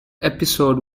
episode